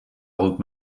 old